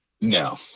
No